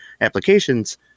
applications